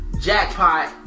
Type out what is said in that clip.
jackpot